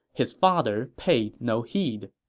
his father paid no heed.